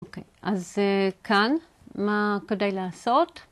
אוקיי, אז כאן, מה כדאי לעשות?